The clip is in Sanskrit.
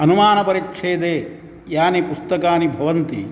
अनुमानपरिच्छेदे यानि पुस्तकानि भवन्ति